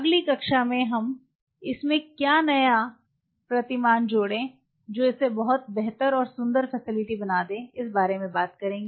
अगली कक्षा में हम इसमें एक नया प्रतिमान जोड़ेंगे जो इसे बहुत बेहतर और सुंदर फैसिलिटी बना देगा